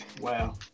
wow